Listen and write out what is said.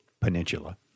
peninsula